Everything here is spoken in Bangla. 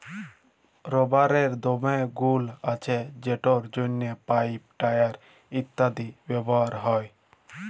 রাবারের দমে গুল্ আছে যেটর জ্যনহে পাইপ, টায়ার ইত্যাদিতে ব্যাভার হ্যয়